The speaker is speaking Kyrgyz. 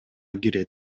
кирет